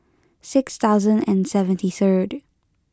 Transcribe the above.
six thousand and seventy third